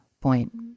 point